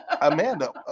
Amanda